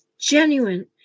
genuine